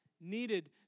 needed